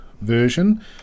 version